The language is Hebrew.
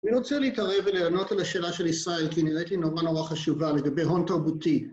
אני רוצה להתערב ולענות על השאלה של ישראל, כי נראית לי נורא נורא חשובה לגבי הון תרבותי.